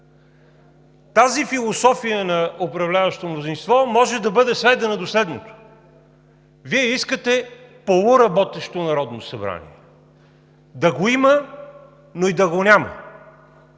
Тази философия на управляващото мнозинство може да бъде сведена до следното. Вие искате полуработещо Народно събрание – да го има, но и да го няма;